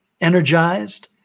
energized